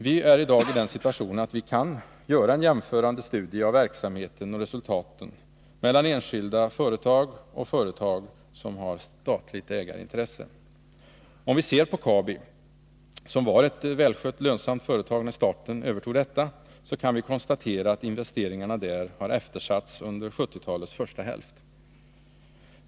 Vi är i dag i den situationen att vi kan göra en jämförande studie av verksamheten och resultaten mellan enskilda företag och företag med statligt ägarintresse. Om vi ser på Kabi, som var ett välskött och lönsamt företag när staten övertog det, kan vi konstatera att investeringarna där eftersattes under 1970-talets första hälft.